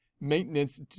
maintenance